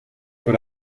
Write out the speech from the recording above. but